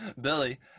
Billy